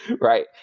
right